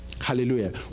Hallelujah